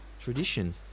tradition